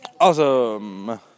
Awesome